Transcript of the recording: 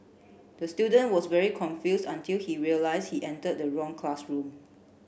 the student was very confused until he realise he entered the wrong classroom